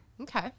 Okay